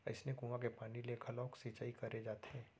अइसने कुँआ के पानी ले घलोक सिंचई करे जाथे